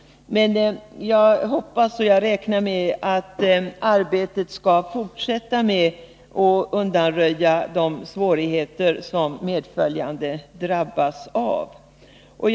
Jag hoppas och räknar dock med att arbetet med att undanröja de svårigheter som medföljande drabbas av skall fortsätta.